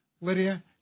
Lydia